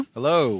Hello